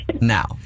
now